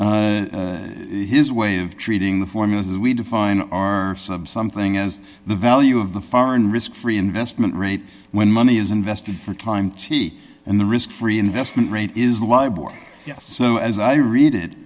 his way of treating the formulas as we define our sub something as the value of the foreign risk free investment rate when money is invested for time t and the risk free investment rate is libel yes so as i read it